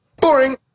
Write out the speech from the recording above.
Boring